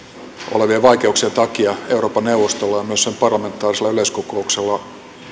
olevien vaikeuksien takia euroopan neuvostolla ja myös sen parlamentaarisella yleiskokouksella